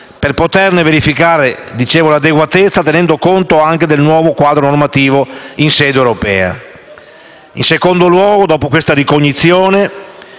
per poterne verificare l'adeguatezza, tenendo conto anche del nuovo quadro normativo in sede europea. In secondo luogo, dopo questa ricognizione,